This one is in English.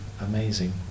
amazing